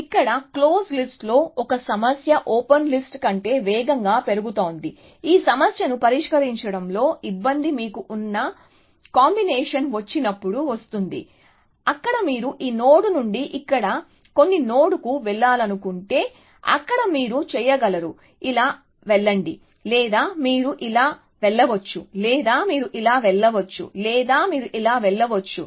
ఇక్కడ క్లోజ్ లిస్ట్లో ఒక సమస్య ఓపెన్ లిస్ట్ కంటే వేగంగా పెరుగుతుందా ఈ సమస్యను పరిష్కరించడంలో ఇబ్బంది మీకు ఉన్న కాంబినేషన్ వచ్చి నప్పుడు వస్తుంది అక్కడ మీరు ఈ నోడ్ నుండి ఇక్కడ కొన్ని నోడ్కు వెళ్లాలనుకుంటే అక్కడ మీరు చేయగలరు ఇలా వెళ్ళండి లేదా మీరు ఇలా వెళ్ళవచ్చు లేదా మీరు ఇలా వెళ్ళవచ్చు లేదా మీరు ఇలా వెళ్ళవచ్చు